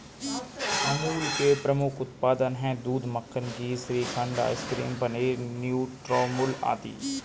अमूल के प्रमुख उत्पाद हैं दूध, मक्खन, घी, श्रीखंड, आइसक्रीम, पनीर, न्यूट्रामुल आदि